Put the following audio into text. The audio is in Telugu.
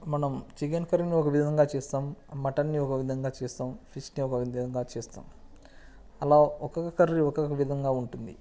మనం చికెన్ కర్రీని ఒక విధంగా చేస్తాం మటన్ని ఒక విధంగా చేస్తాం ఫిష్ని ఒక విధంగా చేస్తాం అలా ఒక్కొక్క కర్రీ ఒక్కొక్క విధంగా ఉంటుంది